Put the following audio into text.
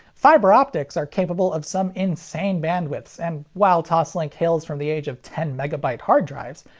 fiber-optics are capable of some insane bandwidths, and while toslink hails from the age of ten megabyte hard drives,